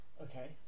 Okay